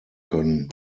können